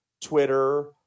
Twitter